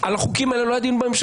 על החוקים האלה לא היה דיון בממשלה,